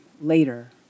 later